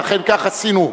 ואכן כך עשינו,